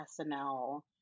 SNL